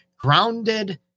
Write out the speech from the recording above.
Grounded